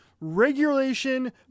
regulation